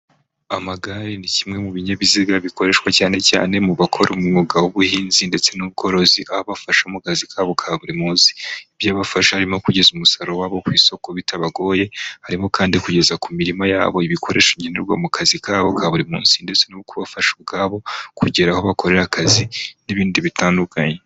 Amagare ni kimwe mu binyabiziga bikoreshwa cyane cyane mu bakora umwuga w'ubuhinzi ndetse n'ubworozi aho abafasha mu kazi kabo ka buri munsi ibyo abafasha harimo kugeza umusaruro wabo ku isoko bitabagoye harimo kandi kugeza ku mirima yabo ibikoresho nkenenerwa mu kazi kabo ka buri munsi ndetse no kubafasha ubwabo kugera aho bakorera akazi n'ibindi bitandukanye.